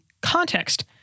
context